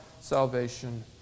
salvation